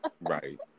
Right